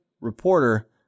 reporter